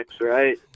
Right